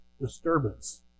disturbance